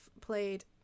played